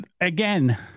again